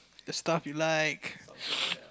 the stuff you like